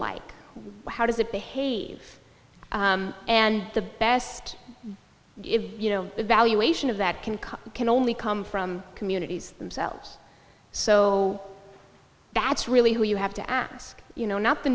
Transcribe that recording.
like how does it behave and the best you know evaluation of that can come can only come from communities themselves so that's really who you have to ask you know not the